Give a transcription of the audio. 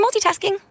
multitasking